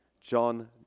John